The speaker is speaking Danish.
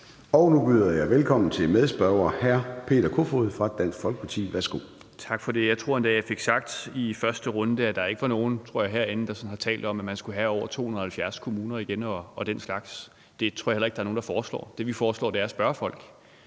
Nu byder jeg velkommen til medspørger hr. Peter Kofod fra Dansk Folkeparti. Værsgo. Kl. 13:47 Peter Kofod (DF): Tak for det. Jeg tror endda, jeg fik sagt i første runde, at jeg ikke troede, der var nogen herinde, der har talt om, at man skulle have over 270 kommuner igen og den slags. Det tror jeg heller ikke der er nogen der foreslår. Det, vi foreslår, er at spørge folk.